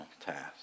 task